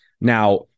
Now